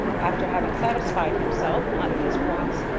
after having satisfied himself on these points,